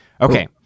Okay